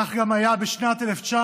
כך היה גם בשנת 1988,